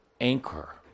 anchor